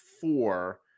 four